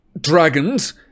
Dragons